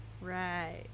Right